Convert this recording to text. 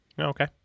Okay